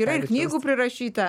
yra ir knygų prirašyta